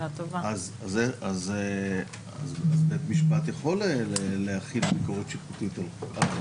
אז בית המשפט יכול להחיל ביקורת שיפוטית.